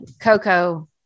Coco